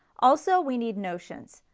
also we need notions,